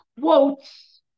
quotes